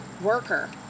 worker